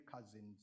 cousins